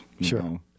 Sure